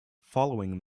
following